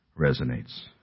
resonates